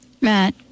Matt